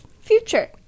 future